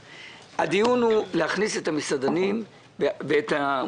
הדיון הוא להכניס את המסעדנים ואת בעלי